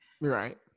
Right